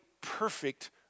perfect